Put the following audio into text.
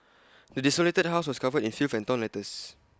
the desolated house was covered in filth and torn letters